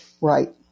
Right